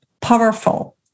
powerful